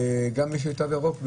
גם למי שיש תו ירוק,